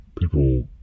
people